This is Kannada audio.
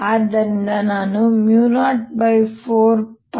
ಆದ್ದರಿಂದ ನಾನು 04π3m